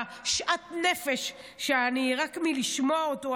שאט הנפש רק מלשמוע אותו,